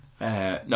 No